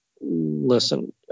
listen